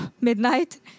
midnight